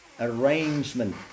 arrangement